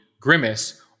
Grimace